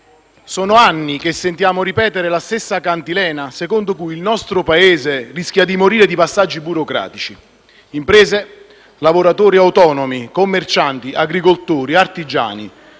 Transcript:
sono anni che sentiamo ripetere la stessa cantilena secondo la quale il nostro Paese rischia di morire di passaggi burocratici: imprese, lavoratori autonomi, commercianti, agricoltori, artigiani,